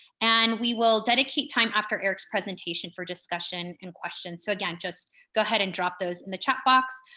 and we will dedicate time after eric's presentation for discussion and questions. so again, just go ahead and drop those in the chat box.